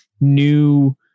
new